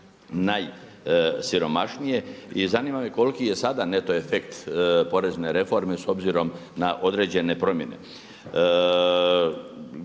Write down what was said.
najsiromašnije. I zanima me koliki je sada neto efekt porezne reforme s obzirom na određene promjene?